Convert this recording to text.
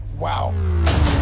Wow